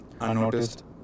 unnoticed